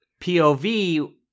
POV